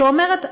שאומרת: